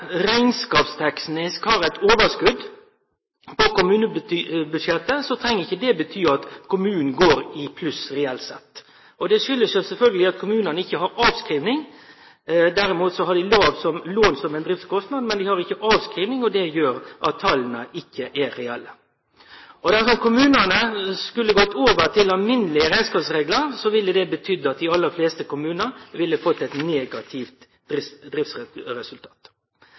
rekneskapsteknisk har eit overskot på kommunebudsjettet, treng ikkje det bety at dei går i pluss reelt sett. Det kjem sjølvsagt av at kommunane ikkje har avskriving. Derimot har dei lån som driftskostnad. Men dei har ikkje avskriving, og det gjer at tala ikkje er reelle. Dersom kommunane skulle gått over til alminnelege rekneskapsreglar, ville det betydd at dei aller fleste kommunane hadde fått eit negativt driftsresultat.